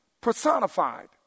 personified